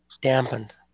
dampened